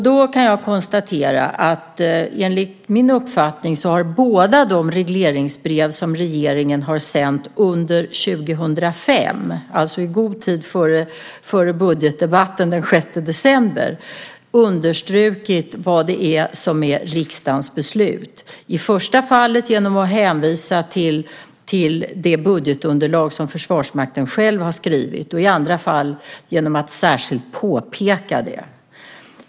Då kan jag konstatera att enligt min uppfattning har båda de regleringsbrev som regeringen sänt under år 2005, alltså i god tid före budgetdebatten den 6 december, understrukit vad som är riksdagens beslut - i första fallet genom att hänvisa till det budgetunderlag som Försvarsmakten själv har skrivit och i andra fall genom att särskilt påpeka det.